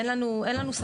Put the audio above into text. אין לנו ספק,